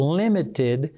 limited